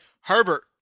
Herbert